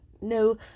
no